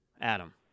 Adam